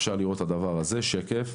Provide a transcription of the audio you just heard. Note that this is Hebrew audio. אפשר לראות את הדבר הזה בשקף.